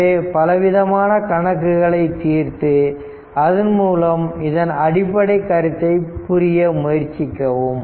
எனவே பலவிதமான கணக்குகளை தீர்த்து அதன்மூலம் இதன் அடிப்படை கருத்தை புரிய முயற்சிக்கவும்